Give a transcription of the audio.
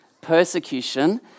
persecution